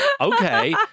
okay